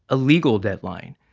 a legal deadline,